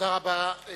תודה רבה.